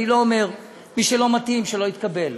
אני לא אומר, מי שלא מתאים שלא יתקבל.